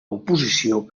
oposició